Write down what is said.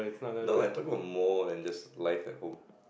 no like I'm talking about more than just life at home